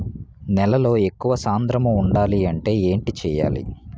నేలలో ఎక్కువ సాంద్రము వుండాలి అంటే ఏంటి చేయాలి?